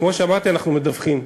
כמו שאמרתי, אנחנו מדווחים.